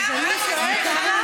סליחה?